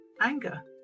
anger